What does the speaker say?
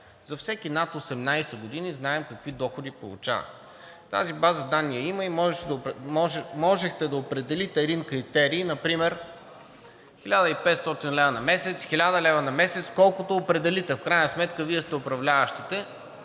за всеки над 18 години знаем какви доходи получава. Тази база данни я има и можехте да определите един критерий – например 1500 лв. на месец, 1000 лв. на месец, колкото определите, в крайна сметка Вие сте управляващите.